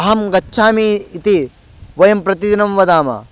अहं गच्छामि इति वयं प्रतिदिनं वदामः